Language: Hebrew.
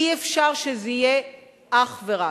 אי-אפשר שזה יהיה אך ורק.